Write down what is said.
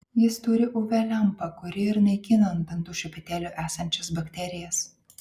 jis turi uv lempą kuri ir naikina ant dantų šepetėlių esančias bakterijas